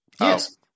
Yes